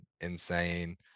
insane